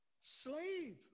slave